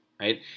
right